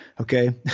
Okay